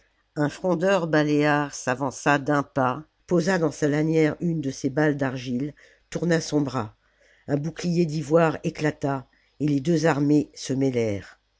un frondeur baléare s'avança d'un pas posa dans sa lanière une de ses balles d'argile tourna son bras un bouclier d'ivoire éclata et les deux armées